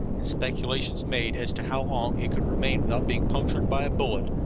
and speculations made as to how long it could remain without being punctured by a bullet,